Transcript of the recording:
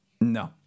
No